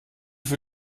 für